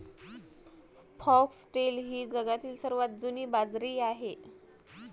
foxtail ही जगातील सर्वात जुनी बाजरी आहे